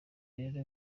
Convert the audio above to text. rero